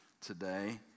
today